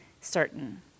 certain